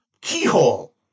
keyhole